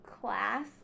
class